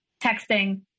texting